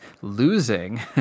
losing